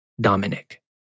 Dominic